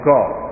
God